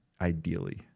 ideally